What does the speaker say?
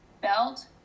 belt